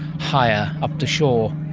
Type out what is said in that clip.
higher up the shore.